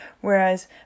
Whereas